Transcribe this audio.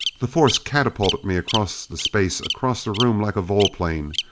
the force catapulted me across the space across the room like a volplane.